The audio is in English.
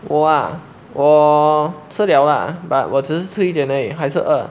我啊我吃了啦:wo a wo chi le lah but 我只是吃一点而已还是饿